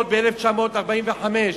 ב-1945,